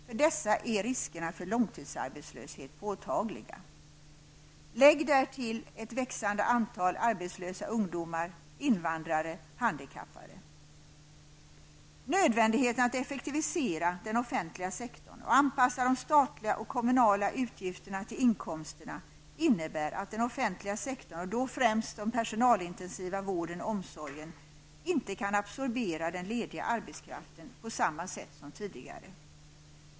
För dessa är riskerna för långtidsarbetslöshet påtagliga. Lägg därtill ett växande antal arbetslösa ungdomar, invandrare och handikappade. Nödvändigheten att effektivisera den offentliga sektorn och anpassa de statliga och kommunala utgifterna till inkomsterna, innebär att den offentliga sektorn, och då främst den personalintensiva vården och omsorgen, inte kan absorbera den lediga arbetskraften på samma sätt som tidigare.